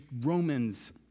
Romans